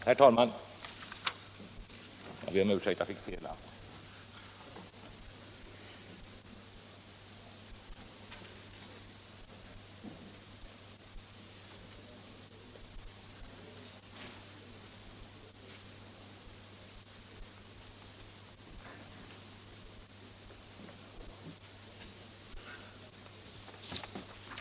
Herr talman!